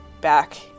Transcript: back